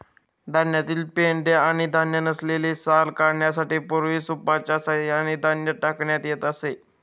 धान्यातील पेंढा आणि धान्य नसलेली साल काढण्यासाठी पूर्वी सूपच्या सहाय्याने धान्य टाकण्यात येत असे